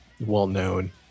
well-known